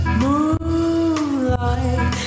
moonlight